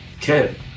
kid